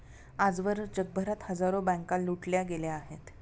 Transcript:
आजवर जगभरात हजारो बँका लुटल्या गेल्या आहेत